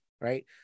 right